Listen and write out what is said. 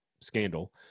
scandal